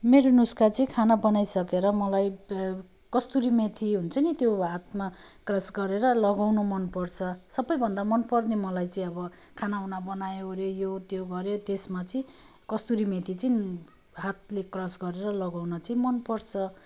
मेरो नुस्का चाहिँ खाना बनाइसकेर मलाई कस्तुरी मेथी हुन्छ नि त्यो हातमा क्रस गरेर लगाउन मनपर्छ सबैभन्दा मनपर्ने मलाई चाहिँ अब खानावाना बनायो ओऱ्यो यो त्यो गऱ्यो त्यसमा चाहिँ कस्तुरी मेथी चाहिँ हातले क्रस गरेर लगाउन चाहिँ मनपर्छ